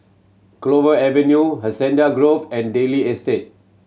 Clover Avenue Hacienda Grove and Daley Estate